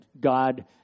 God